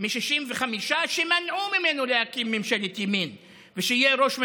מ-65 שמנעו ממנו להקים ממשלת ימין ושיהיה ראש ממשלה.